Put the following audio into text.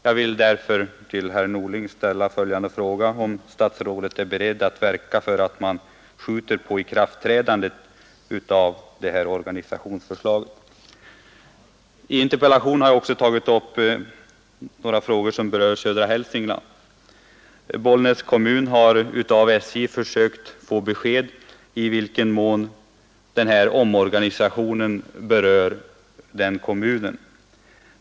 Jag vill därför ställa följande fråga till herr Norling: Är statsrådet beredd att verka för att man uppskjuter ikraftträdandet av organisationsförslaget? I min interpellation tar jag också upp några frågor som berör södra Hälsingland. Bollnäs kommun har av SJ försökt få besked i vilken mån den berörs av den aktuella omorganisationen.